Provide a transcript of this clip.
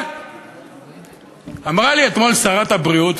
אבל אמרה לי אתמול שרת הבריאות,